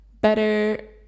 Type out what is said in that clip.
better